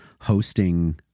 hosting